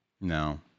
No